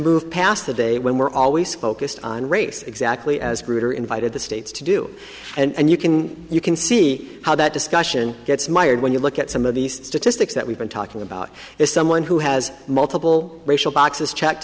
move past the day when we're always focused on race exactly as a group are invited the states to do and you can you can see how that discussion gets mired when you look at some of the statistics that we've been talking about is someone who has multiple racial boxes check